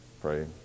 pray